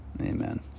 Amen